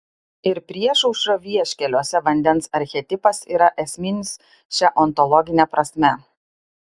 ir priešaušrio vieškeliuose vandens archetipas yra esminis šia ontologine prasme